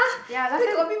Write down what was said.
ya last time